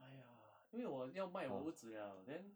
!haiya! 因为我要卖我屋子 liao then